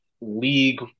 league